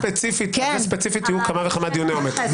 על זה ספציפית יהיו כמה וכמה דיוני עומק.